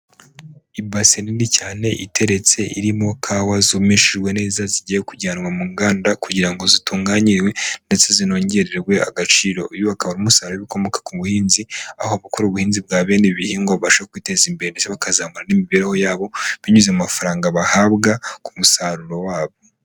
Ibase nini cyane iteretse irimo kawa zumishijwe neza, zigiye kujyanwa mu nganda kugira ngo zitunganyiwe ndetse zinongererwe agaciro, uyu akaba ari umusaruro w'ibikomoka ku buhinzi, aho abakora ubu buhinzi bwa bene ibi bihingwa, babasha kwiteza imbere ndetse bakazamura n'imibereho yabo, binyuze mu mafaranga bahabwa ku musaruro wabo.